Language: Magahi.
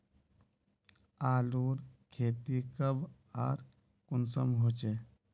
आलूर खेती कब आर कुंसम होचे?